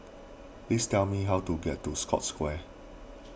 please tell me how to get to Scotts Square